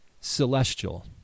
celestial